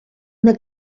una